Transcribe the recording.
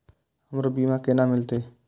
हमरो बीमा केना मिलते?